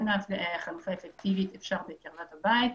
אם אין חלופה אפקטיבית, אפשר בקרבת הבית,